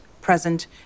present